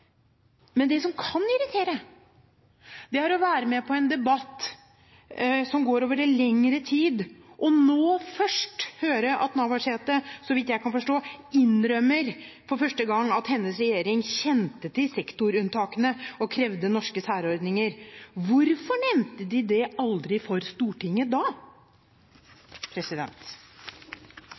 Men det som kan irritere, er å være med på en debatt som går over lengre tid og først nå høre at Navarsete – så vidt jeg kan forstå – innrømmer at hennes regjering kjente til sektorunntakene og krevde norske særordninger. Hvorfor nevnte de det aldri for Stortinget?